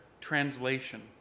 translation